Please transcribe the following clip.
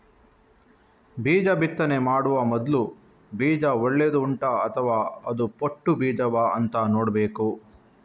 ಬೀಜ ಬಿತ್ತನೆ ಮಾಡುವ ಮೊದ್ಲು ಬೀಜ ಒಳ್ಳೆದು ಉಂಟಾ ಅಥವಾ ಅದು ಪೊಟ್ಟು ಬೀಜವಾ ಅಂತ ನೋಡ್ಬೇಕು